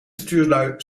stuurlui